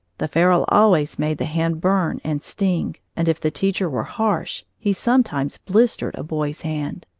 the ferule always made the hand burn and sting, and if the teacher were harsh, he sometimes blistered a boy's hand.